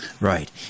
Right